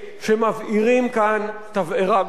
שמבעירים כאן תבערה גדולה.